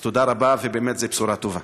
אז תודה רבה, ובאמת, זאת בשורה טובה.